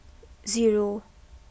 zero